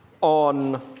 On